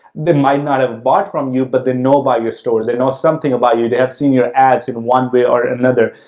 they might not have bought from you, but they know about your stores, they know something about you, they have seen your ads in one way or another.